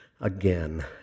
again